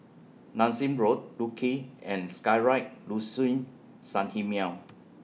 Nassim Road Luge and Skyride Liuxun Sanhemiao